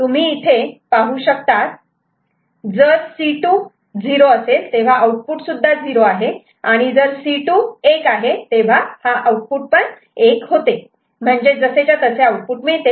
तुम्ही इथे पाहू शकतात जर C2 0 तेव्हा आउटपुट सुद्धा 0 आहे आणि जर C2 1 तेव्हा हा आउटपुट पण 1 होते म्हणजे जसेच्या तसे आउटपुट मिळते